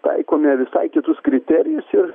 taikome visai kitus kriterijus ir